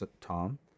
Tom